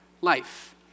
life